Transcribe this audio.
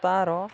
ତା'ର